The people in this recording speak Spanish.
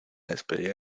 despedida